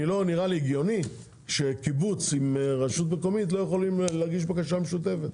לא נראה לי הגיוני שקיבוץ עם רשות מקומית לא יכולים להגיש בקשה משותפת.